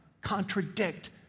contradict